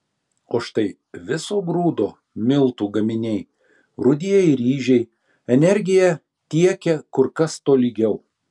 o štai viso grūdo miltų gaminiai rudieji ryžiai energiją tiekia kur kas tolygiau